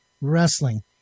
wrestling